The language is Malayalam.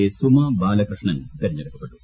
ലെ സുമ ബാലകൃഷ്ണൻ തെരഞ്ഞെടുക്കപ്പെട്ടു